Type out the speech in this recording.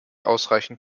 ausreichend